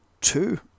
two